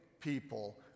people